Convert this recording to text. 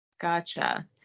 gotcha